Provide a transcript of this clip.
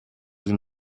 den